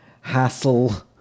hassle